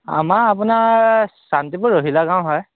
আমাৰ আপোনাৰ শান্তিপুৰ ৰহিলা গাঁও হয়